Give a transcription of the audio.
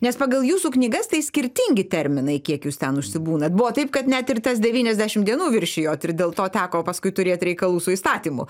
nes pagal jūsų knygas tai skirtingi terminai kiek jūs ten užsibūnat buvo taip kad net ir tas devyniasdešim dienų viršijot ir dėl to teko paskui turėt reikalų su įstatymu